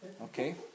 Okay